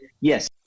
yes